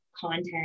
content